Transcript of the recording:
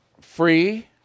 free